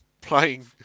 playing